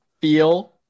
feel